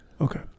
Okay